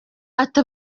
ati